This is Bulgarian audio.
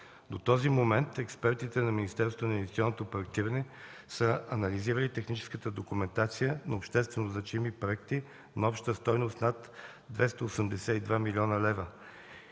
До този момент експертите на Министерството на инвестиционното проектиране са анализирали техническата документация на обществено значими проекти на обща стойност над 282 млн. лв.